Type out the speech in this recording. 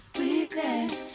weakness